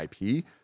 IP